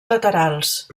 laterals